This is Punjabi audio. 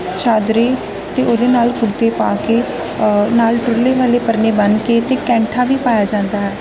ਚਾਦਰੇ ਅਤੇ ਉਹਦੇ ਨਾਲ ਕੁੜਤੇ ਪਾ ਕੇ ਨਾਲ ਟੁਰਲੇ ਵਾਲੇ ਪਰਨੇ ਬੰਨ੍ਹ ਕੇ ਅਤੇ ਕੈਂਠਾ ਵੀ ਪਾਇਆ ਜਾਂਦਾ ਹੈ